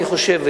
אני חושב,